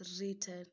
written